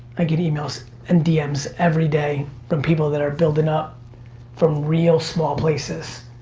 i get emails and dm's everyday from people that are building up from real small places.